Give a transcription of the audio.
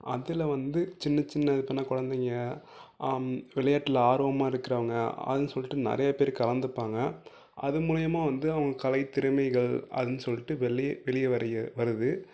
அதில் வந்து சின்ன சின்ன இப்போனா குழந்தைங்க விளையாட்டில் ஆர்வமாக இருக்கிறவங்க அதுன்னு சொல்லிட்டு நிறையா பேர் கலந்துப்பாங்க அது மூலயமா வந்து அவங்க கலை திறமைகள் அதுன்னு சொல்லிட்டு வெள்ளையே வெளியே வருது